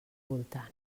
voltant